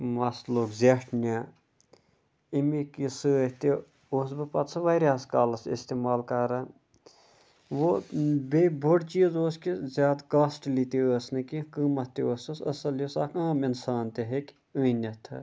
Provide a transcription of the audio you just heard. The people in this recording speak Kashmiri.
مَس لوٚگ زٮ۪ٹھنہِ ایٚمِک یہِ سۭتۍ تہِ اوسُس بہٕ پَتہٕ سُہ واریاہَس کالَس اِستعمال کَران وو بیٚیہِ بوٚڑ چیٖز اوس کہِ زیادٕ کاسٹلی تہِ ٲس نہٕ کیٚنٛہہ قۭمَتھ تہِ ٲسٕس اَصٕل یُس اَکھ عام اِنسان تہِ ہیٚکہِ أنِتھ